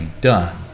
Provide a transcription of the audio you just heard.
done